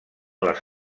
les